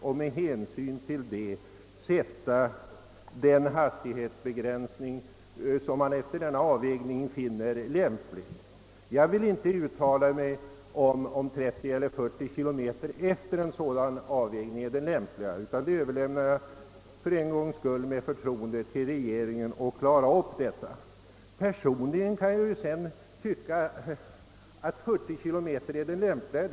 Efter denna avvägning kan man bestämma sig för den lämpligaste hastighetsbegränsningen. Jag vill inte uttala mig om huruvida 30 eller 40 km tim. är det lämpligaste.